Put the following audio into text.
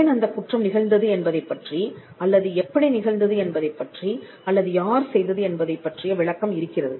ஏன் அந்த குற்றம் நிகழ்ந்தது என்பதைப் பற்றி அல்லது எப்படி நிகழ்ந்தது என்பதைப் பற்றி அல்லது யார் செய்தது என்பதை பற்றிய விளக்கம் இருக்கிறது